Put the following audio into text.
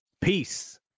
Peace